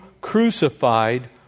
crucified